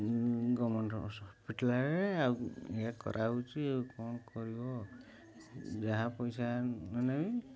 government ହସ୍ପିଟାଲ୍ରେ ଆଉ ଇଏ କରାହେଉଛି ଆଉ କ'ଣ କରିବ ଯାହା ପଇସା ନେବେ